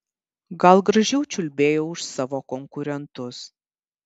gal gražiau čiulbėjau už savo konkurentus